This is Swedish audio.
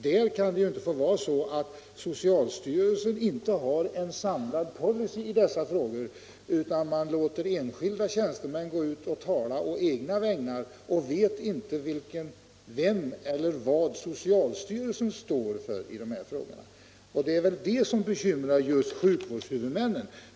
Det får inte vara så att socialstyrelsen inte har en samlad policy i dessa frågor utan låter enskilda tjänstemän gå ut och tala på egna vägnar utan att veta vem eller vad socialstyrelsen står för i dessa frågor. Det är väl det som bekymrar just sjukvårdshuvudmännen.